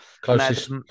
Closest